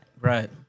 Right